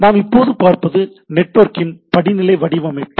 நாம் இப்போது பார்ப்பது நெட்வொர்க்கின் படிநிலை வடிவமைப்பு